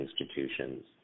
institutions